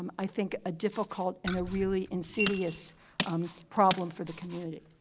um i think, a difficult and a really insidious um problem for the community.